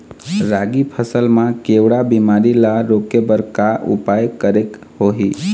रागी फसल मा केवड़ा बीमारी ला रोके बर का उपाय करेक होही?